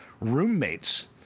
roommates